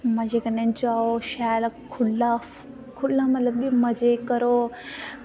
मजे कन्नै जाओ कन्नै खुल्ला खुल्ला मतलब की मजे करो